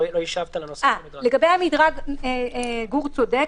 לגבי המדרג גור צודק.